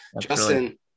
Justin